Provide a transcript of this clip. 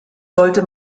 sollte